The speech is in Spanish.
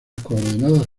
coordenadas